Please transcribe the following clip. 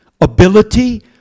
ability